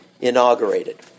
inaugurated